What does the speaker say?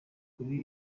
kuri